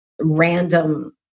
random